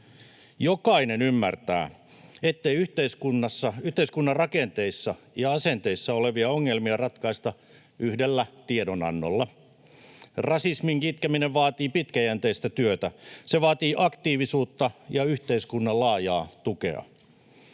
Jokainen ymmärtää, ettei yhteiskunnan rakenteissa ja asenteissa olevia ongelmia ratkaista yhdellä tiedonannolla. Rasismin kitkeminen vaatii pitkäjänteistä työtä. Se vaatii aktiivisuutta ja yhteiskunnan laajaa tukea.